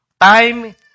time